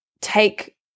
take